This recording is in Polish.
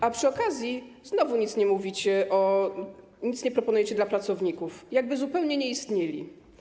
A przy okazji znowu nic nie mówicie, nic nie proponujecie dla pracowników, jakby zupełnie nie istnieli.